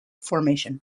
formation